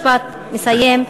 משפט מסיים,